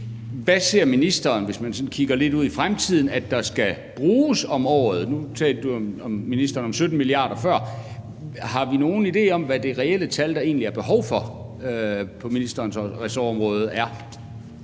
Hvad ser ministeren, hvis vi sådan kigger lidt ud i fremtiden, at der skal bruges om året? Nu talte ministeren jo om 17 mia. kr. før. Har vi nogen idé om, hvad det reelle tal, som der er behov for på ministerens ressort, er?